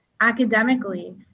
academically